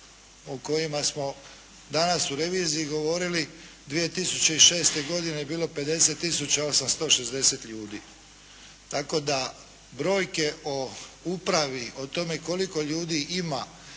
o kojima smo danas u reviziji govorili, 2006. godine je bilo 50 tisuća 860 ljudi. Tako da brojke o upravi o tome koliko ljudi ima